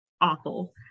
awful